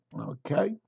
okay